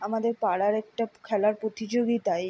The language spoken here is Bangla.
আমাদের পাড়ার একটা খেলার প্রতিযোগিতায়